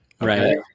right